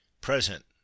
present